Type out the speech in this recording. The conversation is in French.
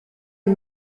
est